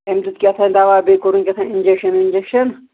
أمۍ دیُت کہتانۍ دوا بیٚیہِ کوٚرُن کہتانۍ انٛجکشن وِنٛجکشن